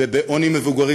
ובעוני מבוגרים,